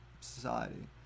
society